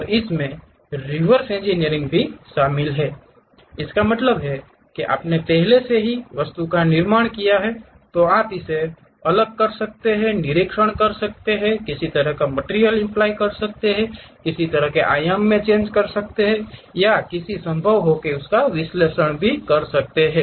और इसमें reverse engineering भी शामिल है इसका मतलब है आपने पहले से ही वस्तु का निर्माण किया है तो आप इसे अलग कर सकते हैं निरीक्षण कर सकते हैं कि किस तरह की मटिरियल किस तरह के आयाम कैसे संभव हो उसका विश्लेषण कर सकते हैं